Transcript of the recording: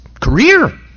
career